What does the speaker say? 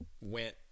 went